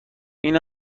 این